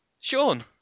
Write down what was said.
Sean